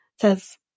says